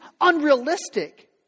unrealistic